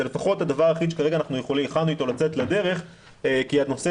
זה לפחות הדבר היחיד שהתחלנו איתו לצאת לדרך כי הנושא